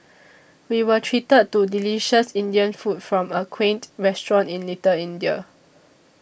we were treated to delicious Indian food from a quaint restaurant in Little India